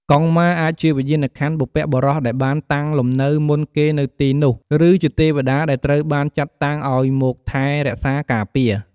កុងម៉ា អាចជាវិញ្ញាណក្ខន្ធបុព្វបុរសដែលបានតាំងលំនៅមុនគេនៅទីនោះ ឬជាទេវតាដែលត្រូវបានចាត់តាំងឲ្យមកថែរក្សាការពារ។